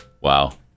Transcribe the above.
Wow